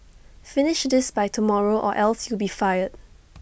finish this by tomorrow or else you'll be fired